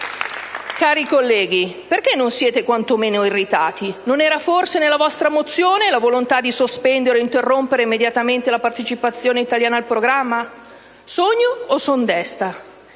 Cari colleghi, perché non siete quanto meno irritati? Non era forse nella vostra mozione la volontà di sospendere o interrompere immediatamente la partecipazione italiana al programma? Sogno o son desta?